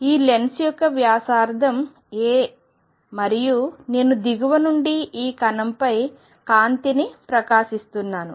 ఈ లెన్స్ యొక్క వ్యాసార్థం a మరియు నేను దిగువ నుండి ఈ కణంపై కాంతిని ప్రకాశిస్తున్నాను